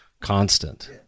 constant